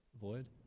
void